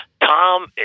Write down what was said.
Tom